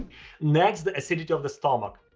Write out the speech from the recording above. next, the acidity of the stomach.